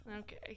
Okay